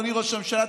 אדוני ראש הממשלה,